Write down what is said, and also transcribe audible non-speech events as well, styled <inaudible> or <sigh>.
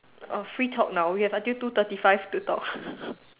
oh free talk now we have until two thirty five to talk <laughs>